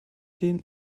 denen